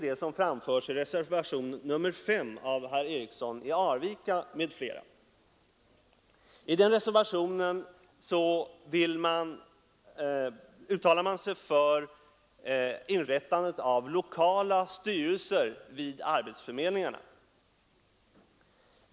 I reservationen 5 av herr Eriksson i Arvika m.fl. uttalar man sig för inrättandet av lokala styrelser vid arbetsförmedlingarna.